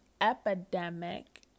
epidemic